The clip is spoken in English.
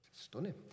Stunning